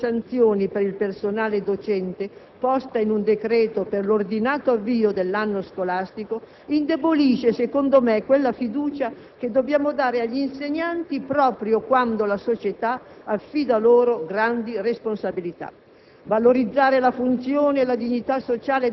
Per quanto attiene alla scuola, la questione delle sanzioni per il personale docente, posta in un decreto per l'ordinato avvio dell'anno scolastico, indebolisce secondo me quella fiducia che dobbiamo dare agli insegnanti proprio quando la società affida loro grandi responsabilità.